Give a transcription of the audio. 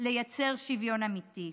לייצר שוויון אמיתי.